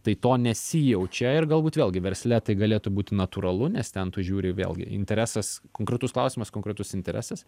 tai to nesijaučia ir galbūt vėlgi versle tai galėtų būti natūralu nes ten tu žiūri vėlgi interesas konkretus klausimas konkretus interesas